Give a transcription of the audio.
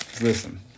Listen